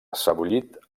sebollit